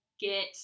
Get